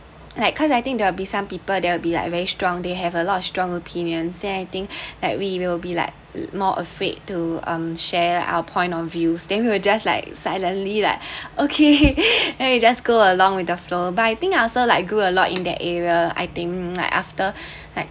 like cause I think they'll be some people there will be like very strong they have a lot of strong opinions then I think like we will be like more afraid to um share our point of views then we will just like silently like okay you just go along with the flow by I think also like grew a lot in that area I think like after like